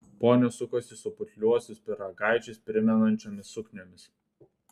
ponios sukosi su putliuosius pyragaičius primenančiomis sukniomis